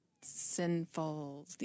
sinful